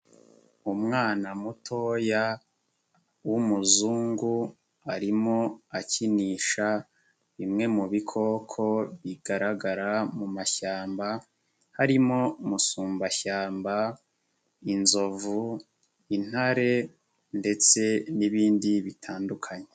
Umwana mutoya w'umuzungu arimo akinisha bimwe mu bikoko bigaragara mu mashyamba, harimo umusumbashyamba, inzovu, intare ndetse n'ibindi bitandukanye.